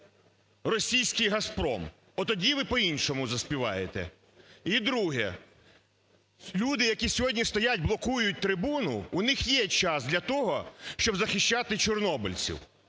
російський "Газпром", от тоді ви по-іншому заспіваєте. І друге. Люди, які сьогодні стоять, блокують трибуну, у них є час для того, щоб захищати чорнобильців.